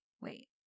Wait